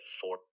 four